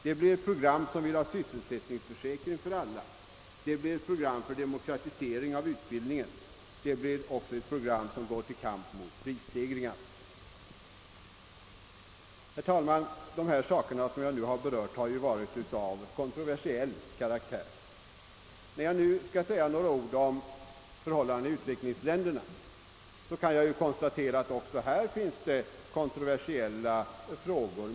Det blir ett program som vill ha sysselsättningsförsäkring för alla, det blir ett program för demokratisering av utbildningen, och det blir också ett program som går till kamp mot prisstegringarna. Herr talman! De saker jag nu berört har varit av kontroversiell karaktär. När jag skall säga några ord om förhållandena i utvecklingsländerna, kan jag konstatera, att det även på detta område finns kontroversiella frågor.